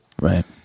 Right